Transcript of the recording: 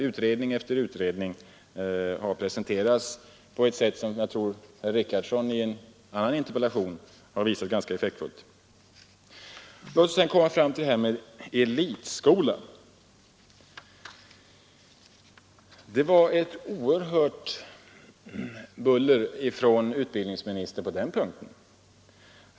Utredning efter utredning har presenterats på ett sätt som jag tror att herr Richardson i en annan interpellation har visat ganska effektfullt. Låt oss sedan komma fram till det här med elitskolan, det var ett oerhört buller från utbildningsministern på den punkten.